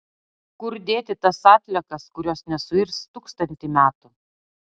kur dėti tas atliekas kurios nesuirs tūkstantį metų